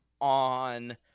on